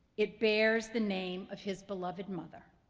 it bears the name of his beloved mother,